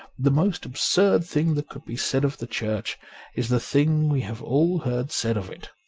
the most absurd thing that could be said of the church is the thing we have all heard said of it.